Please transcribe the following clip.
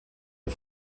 der